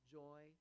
joy